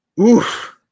Oof